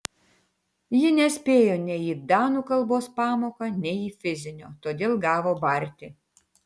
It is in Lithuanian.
ji nespėjo nei į danų kalbos pamoką nei į fizinio todėl gavo barti